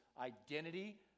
identity